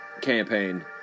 campaign